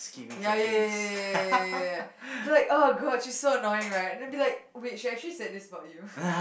ya ya ya ya ya ya ya I'll be like god she's so annoying right and then be like she actually said this about you